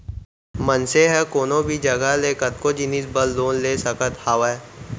मनसे ह कोनो भी जघा ले कतको जिनिस बर लोन ले सकत हावय